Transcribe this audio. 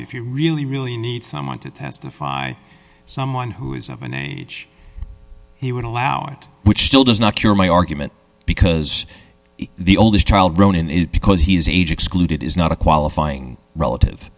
if you really really need someone to testify someone who is of an age he would allow it which still does not cure my argument because the oldest child grown in it because he is age excluded is not a qualifying relative